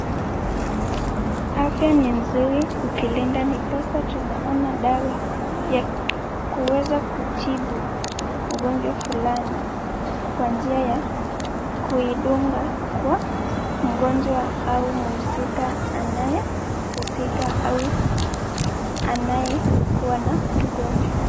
Afya ni nzuri ukilinda ndiposa tunaona dawa vya kuweza kutibu ugonjwa fulani kwa njia ya kuidunga kwa mgonjwa au mhusika anayehusika au anayekuwa na mgonjwa.